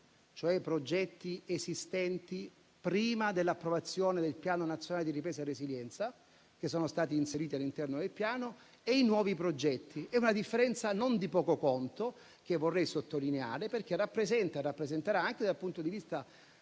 i progetti esistenti prima dell'approvazione del Piano nazionale di ripresa e resilienza che sono stati inseriti al suo interno e i nuovi progetti. È una differenza non di poco conto, che vorrei sottolineare, perché rappresenta e rappresenterà, anche dal punto di vista